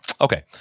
Okay